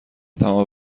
تمام